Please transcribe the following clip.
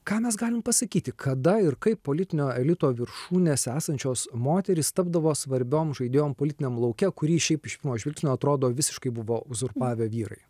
ką mes galim pasakyti kada ir kaip politinio elito viršūnėse esančios moterys tapdavo svarbiom žaidėjom politiniam lauke kurį šiaip iš pirmo žvilgsnio atrodo visiškai buvo uzurpavę vyrai